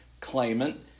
claimant